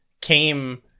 came